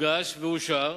הוגש ואושר,